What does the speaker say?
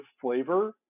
flavor